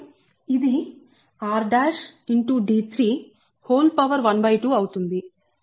d3 d32 దాని అర్థం ఇది rd312 అవుతుంది